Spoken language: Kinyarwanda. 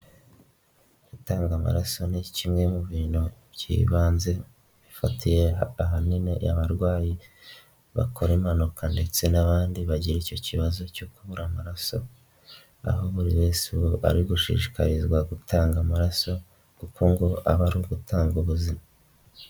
Gutanga amaraso ni kimwe mu bintu by'ibanze bifatiye ahanini abarwayi bakora impanuka ndetse n'abandi bagira icyo kibazo cyo kubura amaraso, aho buri wese ubu ari gushishikarizwa gutanga amaraso kuko ngo aba ari ugutanga ubuzima.